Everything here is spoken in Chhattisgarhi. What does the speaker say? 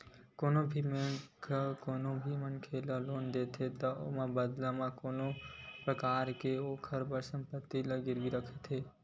कोनो भी बेंक ह कोनो मनखे ल लोन देथे त ओहा बदला म कोनो न कोनो परकार ले ओखर संपत्ति ला गिरवी रखथे